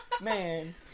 Man